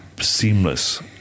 seamless